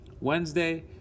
Wednesday